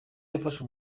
yafashe